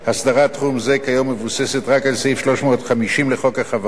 הסדרת תחום זה כיום מבוססת רק על סעיף 350 לחוק החברות,